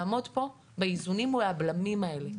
לעמוד פה באיזונים והבלמים האלה,